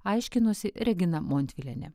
aiškinosi regina montvilienė